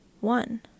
One